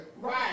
Right